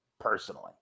personally